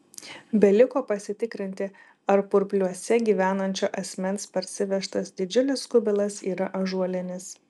beliko pasitikrinti ar purpliuose gyvenančio asmens parsivežtas didžiulis kubilas yra ąžuolinis